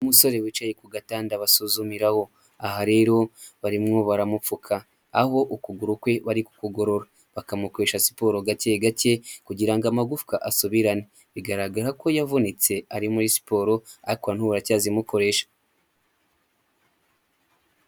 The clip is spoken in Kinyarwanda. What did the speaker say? Umusore wicaye ku gatanda abasuzumiraho, aha rero barimwo baramupfuka aho ukuguru kwe bari kugorora, bakamukoresha siporo gake gake kugira ngo amagufwa asubirane, bigaragara ko yavunitse ari muri siporo ariko na n'ubu baracyazimukoresha.